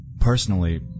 Personally